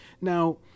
now